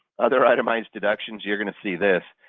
other itemized deductions, you're going to see this.